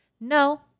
no